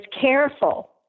careful